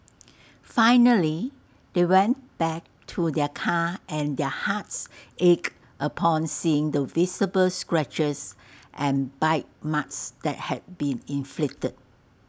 finally they went back to their car and their hearts ached upon seeing the visible scratches and bite marks that had been inflicted